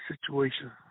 situation